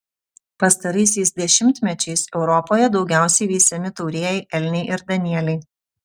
pastaraisiais dešimtmečiais europoje daugiausiai veisiami taurieji elniai ir danieliai